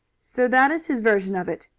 so that is his version of it?